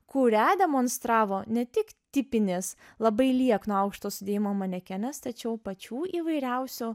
kurią demonstravo ne tik tipinės labai liekno aukšto sudėjimo manekenės tačiau pačių įvairiausių